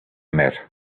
met